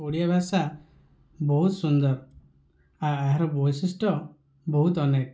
ଓଡ଼ିଆ ଭାଷା ବହୁତ ସୁନ୍ଦର ଏହାର ବୈଶିଷ୍ଟ୍ୟ ବହୁତ ଅନେକ